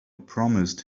promised